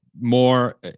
more